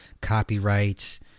copyrights